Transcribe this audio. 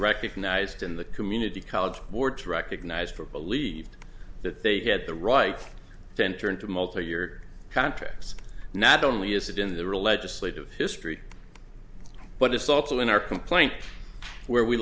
recognized in the community college boards recognized for believed that they had the right to enter into multi year contracts not only is it in the real legislative history but it's also in our complaint where we